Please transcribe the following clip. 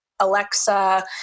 Alexa